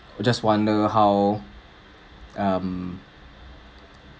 just wonder how um